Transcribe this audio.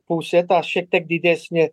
pusė ta šiek tiek didesnė